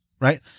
right